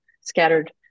scattered